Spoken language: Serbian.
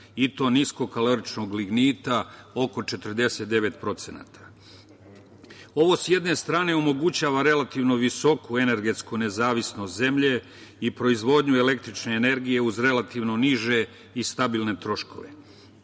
i to nisko kalorničnog lignita, oko 49%. Ovo sa jedne strane omogućava relativno visoku energetsku nezavisnost zemlje i proizvodnju električne energije uz relativno niže i stabilne troškove,